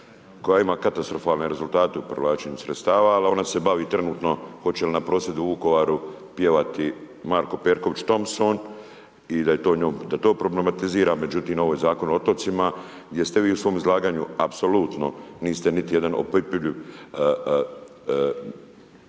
koja ima katastrofalne rezultate u …/Govornik se ne razumije./… sredstava ali ona se bavi trenutno hoće li na prosvjedu u Vukovaru pjevati Marko Perković-Thompson i da to problematizira. Međutim ovo je Zakon o otocima gdje ste vi u svom izlaganju apsolutno niste niti jedan opipljivi,